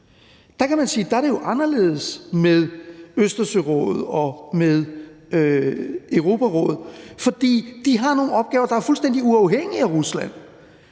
der er det jo anderledes med Østersørådet og med Europarådet, for de har nogle opgaver, der er fuldstændig uafhængige af Rusland.